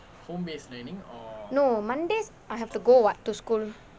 no mondays I have to go [what] to school